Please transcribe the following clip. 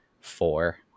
four